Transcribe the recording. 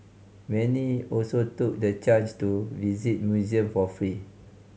many also took the chance to visit museum for free